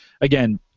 again